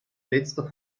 letzter